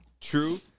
true